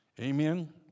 amen